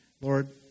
Lord